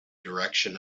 direction